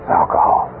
alcohol